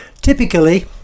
Typically